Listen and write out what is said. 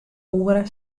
oere